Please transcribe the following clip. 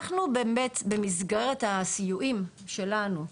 אנחנו באמת במסגרת הסיועים שלנו,